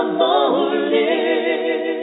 morning